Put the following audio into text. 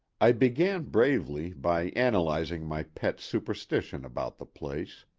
i began bravely by analyzing my pet superstition about the place.